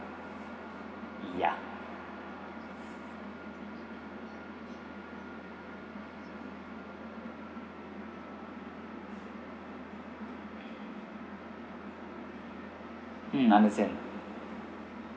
yeah mm understand